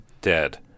Dead